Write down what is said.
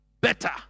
better